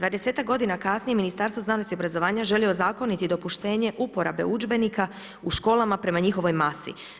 20ak godine kasnije Ministarstvo znanosti, obrazovanja želi ozakoniti dopuštenje uporabe udžbenika u školama prema njihovoj masi.